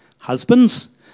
husbands